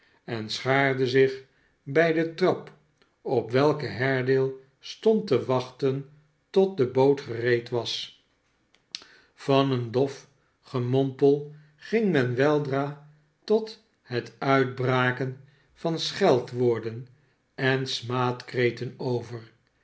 en schaarde zich bij de trap op welke haredale stond te wachten tot de boot gereed was van een dof gemompel ging men weldra tot het uitbraken van scheldwoorden en smaadkreten over